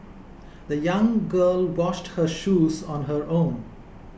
the young girl washed her shoes on her own